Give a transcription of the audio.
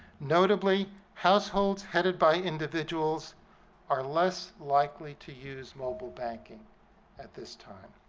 notably, households headed by individuals are less likely to use mobile banking at this time.